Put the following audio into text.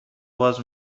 باز